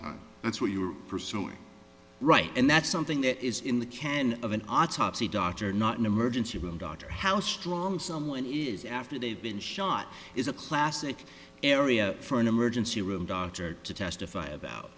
time that's what you were pursuing right and that's something that is in the can of an autopsy doctor not an emergency room doctor how strong someone is after they've been shot is a classic area for an emergency room doctor to testify about